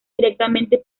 directamente